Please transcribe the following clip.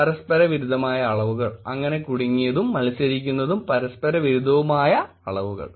പരസ്പരവിരുദ്ധമായ അളവുകൾ അങ്ങനെ കുടുങ്ങിയതും മത്സരിക്കുന്നതും പരസ്പരവിരുദ്ധവുമായ അളവുകൾ